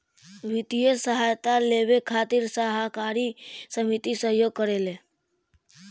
वित्तीय सहायता लेबे खातिर सहकारी समिति सहयोग करेले